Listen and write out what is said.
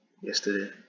yesterday